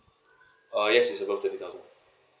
uh yes it's above twenty thousand